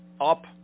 up